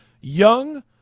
young